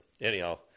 Anyhow